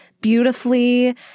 beautifully